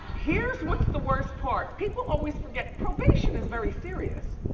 here's what's the worst part. people always forget, probation is very serious.